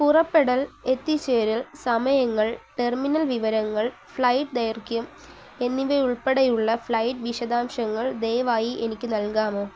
പുറപ്പെടൽ എത്തിച്ചേരൽ സമയങ്ങൾ ടെർമിനൽ വിവരങ്ങൾ ഫ്ലൈറ്റ് ധൈർഖ്യം എന്നിവ ഉൾപ്പെടെയുള്ള ഫ്ലൈറ്റ് വിശദാംശങ്ങൾ ദയവായി എനിക്ക് നൽകാമോ